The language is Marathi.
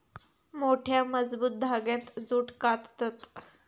मोठ्या, मजबूत धांग्यांत जूट काततत